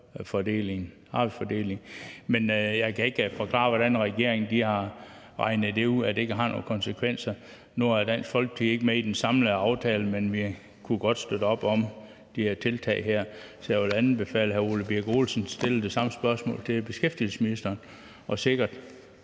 arbejdsfordelingen. Men jeg kan ikke forklare, hvordan regeringen har regnet ud, at det ikke har nogen konsekvenser. Nu er Dansk Folkeparti ikke med i den samlede aftale, men vi kan godt støtte op om de her tiltag, så jeg vil anbefale, at hr. Ole Birk Olesen stiller det samme spørgsmål til beskæftigelsesministeren og sikkert